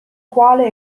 quale